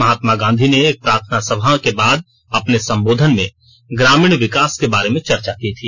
महात्मा गांधी ने एक प्रार्थना सभा के बाद अपने संबोधन में ग्रामीण विकास के बारे में चर्चा की थी